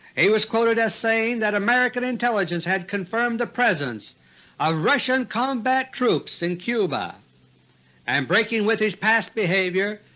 he was quoted as saying that american intelligence had confirmed the presence of ah russian combat troops in cuba and breaking with his past behavior,